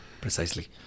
Precisely